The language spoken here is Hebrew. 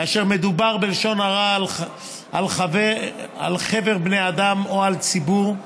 כאשר מדובר בלשון הרע על חבר בני אדם או על ציבור.